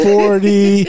forty